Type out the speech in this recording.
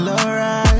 alright